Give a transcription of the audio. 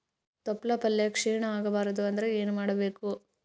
ತೊಪ್ಲಪಲ್ಯ ಕ್ಷೀಣ ಆಗಬಾರದು ಅಂದ್ರ ಏನ ಮಾಡಬೇಕು?